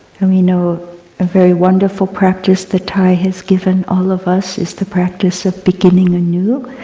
and we know a very wonderful practice that thay has given all of us, it's the practice of beginning anew.